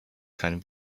can